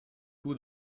who